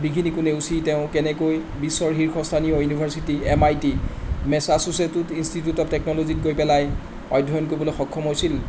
বিঘিনিকো নেওচি তেওঁ কেনেকৈ বিশ্বৰ শীৰ্ষস্থানীয় university M I T Massachusetts institute of টেকনলজিত গৈ পেলাই অধ্যয়ন কৰিবলৈ সক্ষম হৈছিল